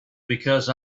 because